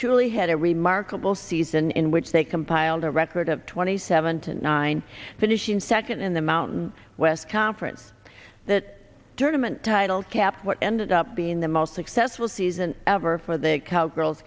truly had a remarkable season in which they compiled a record of twenty seven to nine finishing second in the mountain west conference that tournament title capped what ended up being the most successful season ever for the cowgirls